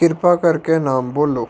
ਕਿਰਪਾ ਕਰਕੇ ਨਾ ਬੋਲੋ